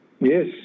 Yes